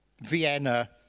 Vienna